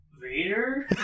Vader